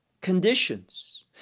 conditions